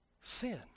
sin